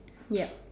yup